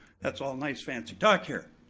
that's all nice fancy talk here.